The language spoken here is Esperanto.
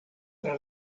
tra